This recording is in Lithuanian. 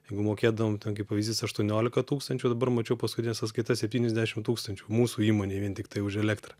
jeigu mokėdavom ten kaip pavyzdys aštuoniolika tūkstančių dabar mačiau paskutinė sąskaita septyniasdešim tūkstančių mūsų įmonei vien tiktai už elektrą